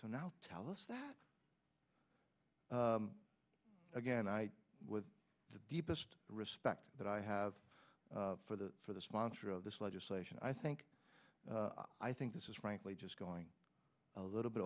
to now tell us that again i with the deepest respect that i have for the for the sponsor of this legislation i think i think this is frankly just going a little bit